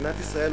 מדינת ישראל,